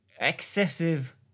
excessive